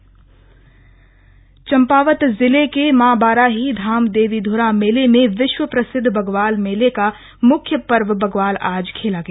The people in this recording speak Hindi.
बग्वाल चम्पावत जिले के माँ बाराही धाम देवीध्रा मेले में विश्व प्रसिद्ध बग्वाल मेले का मुख्य पर्व बग्वाल आज खेला गया